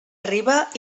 arriba